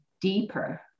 deeper